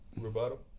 Rebuttal